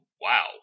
wow